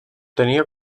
tenia